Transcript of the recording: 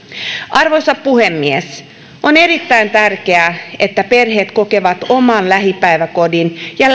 arvoisa puhemies on erittäin tärkeää että perheet kokevat oman lähipäiväkodin ja